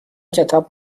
کتاب